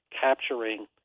capturing